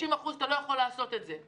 ב-90% מן המקרים אתה לא יכול לעשות את זה.